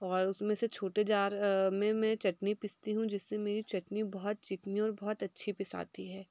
और उस में से छोटे जार में मैं चटनी पीसती हूँ जिससे मेरी चटनी बहुत चिकनी और बहुत अच्छी पीस आती है